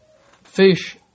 Fish